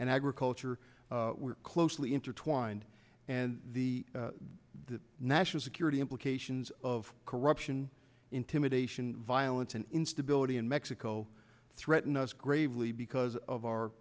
and agriculture were closely intertwined and the the national security implications of corruption intimidation violence and instability in mexico threaten us gravely because of our